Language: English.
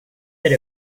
bit